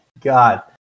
God